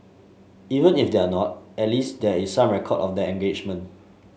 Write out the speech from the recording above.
even if they're not at least there is some record of their engagement